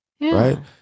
Right